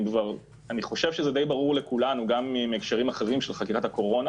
אני חושב שזה די ברור לכולנו גם מהקשרים אחרים של חקירת הקורונה